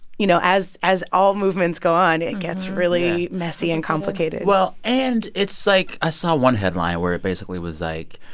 you know, as as all movements go on, it gets really messy and complicated well, and it's like i ah saw one headline where it basically was, like,